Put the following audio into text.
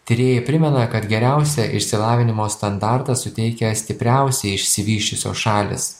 tyrėjai primena kad geriausią išsilavinimo standartą suteikia stipriausiai išsivysčiusios šalys